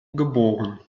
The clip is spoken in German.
geboren